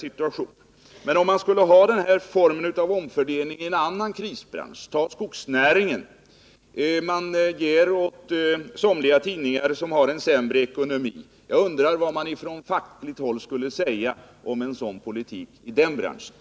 Jag undrar vad man skulle säga på fackligt håll, om det inom någon annan krisbransch, t.ex. skogsnäringen, skulle tillämpas en liknande omfördelningspolitik innebärande att man tar pengar från somliga företag och ger stöd åt andra företag som har sämre ekonomi.